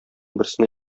берсенә